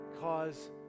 cause